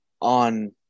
on